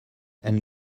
elles